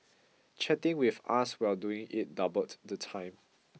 chatting with us while doing it doubled the time